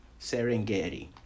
Serengeti